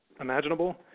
imaginable